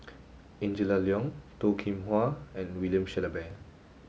Angela Liong Toh Kim Hwa and William Shellabear